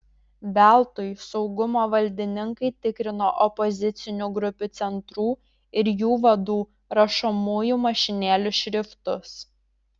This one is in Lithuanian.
veltui saugumo valdininkai tikrino opozicinių grupių centrų ir jų vadų rašomųjų mašinėlių šriftus